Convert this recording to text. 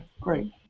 Great